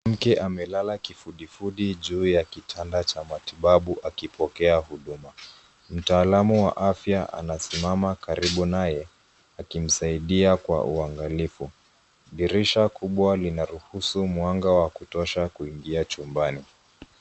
Mke amelala kifudifudi juu ya kitanda cha matibabu akipokea huduma ,mtaalamu wa afya anasimama karibu naye akimsaidia kwa uangalifu. Dirisha kubwa linaruhusu mwanga wa kutosha kuingia chumbani.